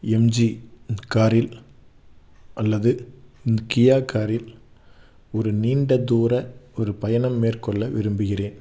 MG காரில் அல்லது Kia காரில் ஒரு நீண்ட தூர ஒரு பயணம் மேற்கொள்ள விரும்புகிறேன்